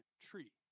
tree